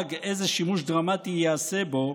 מושג איזה שימוש דרמטי ייעשה בו,